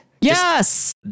Yes